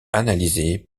analysée